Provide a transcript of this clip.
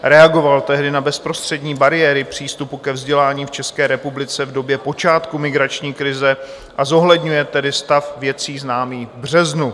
Reagoval tehdy na bezprostřední bariéry přístupu ke vzdělání v České republice v době počátku migrační krize, a zohledňuje tedy stav věcí známý v březnu.